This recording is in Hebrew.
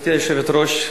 גברתי היושבת-ראש,